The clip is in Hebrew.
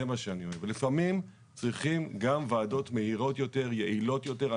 לפעמים צריכים גם ועדות מהירות יותר, יעילות יותר.